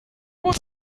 was